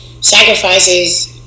sacrifices